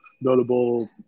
notable